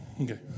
Okay